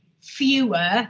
fewer